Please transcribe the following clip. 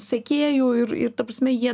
sekėjų ir ir ta prasme jie